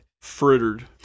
Frittered